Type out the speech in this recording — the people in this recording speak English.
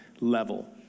level